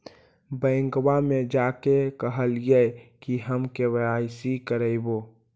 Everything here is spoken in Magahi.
बैंकवा मे जा के कहलिऐ कि हम के.वाई.सी करईवो?